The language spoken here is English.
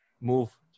move